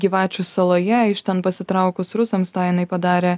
gyvačių saloje iš ten pasitraukus rusams tą jinai padarė